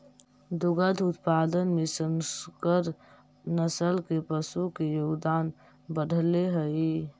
दुग्ध उत्पादन में संकर नस्ल के पशु के योगदान बढ़ले हइ